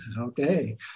Okay